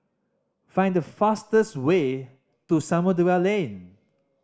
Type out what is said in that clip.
find the fastest way to Samudera Lane